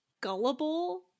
gullible